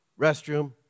restroom